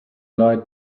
light